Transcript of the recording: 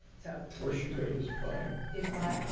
so horseshoe bay is by? is by.